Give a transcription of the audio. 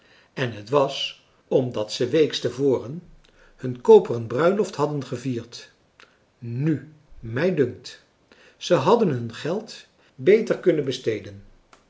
en het was omdat ze weeks te voren hun koperen bruiloft hadden gevierd nu mij dunkt ze hadden hun geld beter kunnen besteden